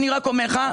אני רק אומר לך,